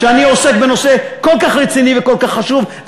כשאני עוסק בנושא כל כך רציני וכל כך חשוב,